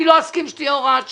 אני לא אסכים שתהיה הוראת שעה.